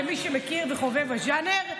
למי שמכיר וחובב הז'אנר,